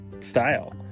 style